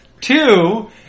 Two